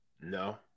No